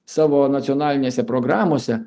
savo nacionalinėse programose